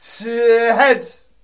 Heads